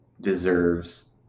deserves